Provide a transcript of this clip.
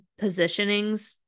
positionings